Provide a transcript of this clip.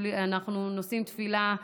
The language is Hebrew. אנחנו נושאים תפילה,